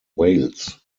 wales